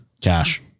Cash